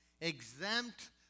exempt